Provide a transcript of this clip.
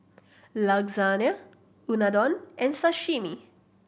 Lasagne Unadon and Sashimi